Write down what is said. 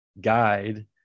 guide